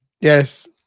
Yes